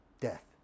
death